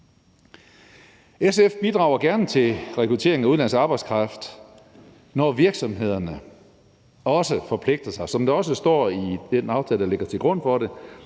SF bidrager gerne til rekrutteringen af udenlandsk arbejdskraft, når virksomhederne også forpligter sig, og det står der også i den aftale, der ligger til grund for det: